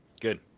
Good